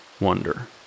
wonder